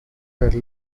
were